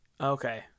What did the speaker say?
Okay